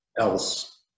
else